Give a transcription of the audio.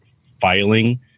filing